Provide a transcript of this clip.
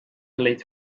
late